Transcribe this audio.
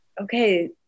okay